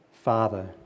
Father